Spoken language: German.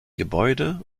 gebäude